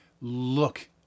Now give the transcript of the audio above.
look